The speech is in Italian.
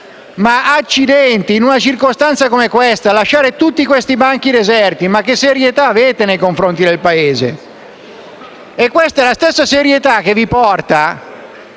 - accidenti - in una circostanza come questa, lasciare tutti quei banchi deserti, che serietà dimostra nei confronti del Paese? Questa è la stessa serietà che vi porta